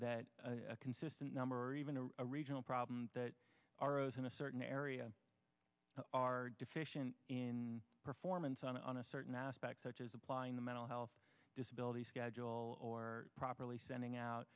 that a consistent number or even a regional problem that aros in a certain area are deficient in performance on a certain aspect such as applying the mental health disability schedule or properly sending out